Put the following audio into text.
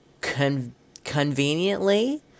conveniently